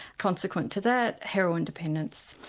consequent to that heroin dependence.